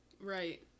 Right